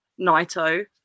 Naito